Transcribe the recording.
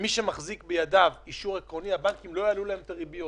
שלמי שמחזיק בידיו אישור עקרוני הבנקים לא יעלו את הריביות.